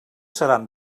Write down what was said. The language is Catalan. seran